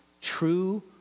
true